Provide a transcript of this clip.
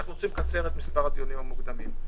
אנחנו רוצים לקצר את מספר הדיונים המוקדמים.